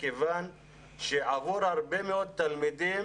מכיוון שעבור הרבה מאוד תלמידים